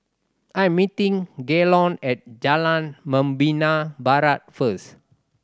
I am meeting Gaylon at Jalan Membina Barat first